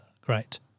Great